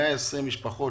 ל-120 משפחות.